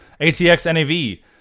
ATXNAV